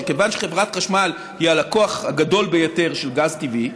שכיוון שחברת החשמל היא הלקוח הגדול ביותר של גז טבעי,